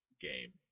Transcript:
game